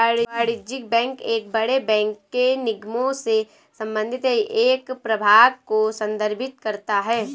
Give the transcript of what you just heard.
वाणिज्यिक बैंक एक बड़े बैंक के निगमों से संबंधित है एक प्रभाग को संदर्भित करता है